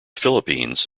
philippines